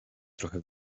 trochę